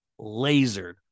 lasered